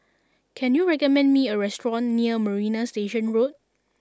can you recommend me a restaurant near Marina Station Road